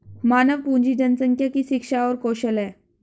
मानव पूंजी जनसंख्या की शिक्षा और कौशल है